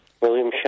William